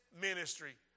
ministry